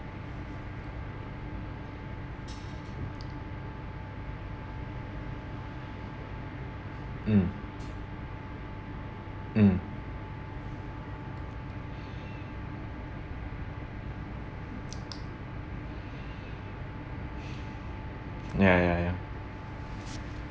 mm mm ya ya ya